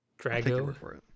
Drago